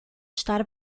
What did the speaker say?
estar